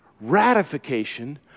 ratification